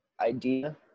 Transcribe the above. idea